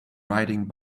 riding